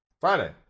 Friday